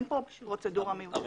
אין כאן פרוצדורה מיוחדת.